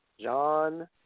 John